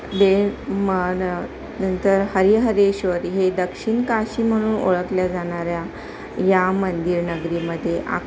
दे मन नंतर हरिहरेश्वर हे दक्षिण काशी म्हणून ओळखल्या जाणाऱ्या या मंदिर नगरीमध्ये आ